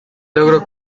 logro